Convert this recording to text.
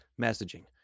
messaging